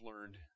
learned